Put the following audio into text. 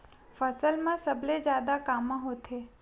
फसल मा सबले जादा कामा होथे?